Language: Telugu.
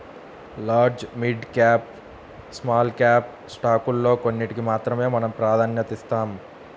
large, mid cap, small cap స్టాకుల్లో కొన్నిటికి మాత్రమే మనం ప్రాధన్యతనిస్తాం